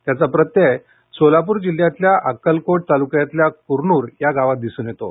त्याचा प्रत्यय सोलापूर जिल्ह्यातील अक्कलकोट तालुक्यातल्या कुरनूर या गावात दिसून येतो